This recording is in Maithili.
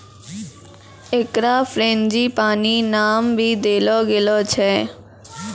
एकरा फ़्रेंजीपानी नाम भी देलो गेलो छै